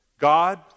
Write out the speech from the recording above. God